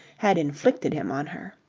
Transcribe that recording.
had inflicted him on her.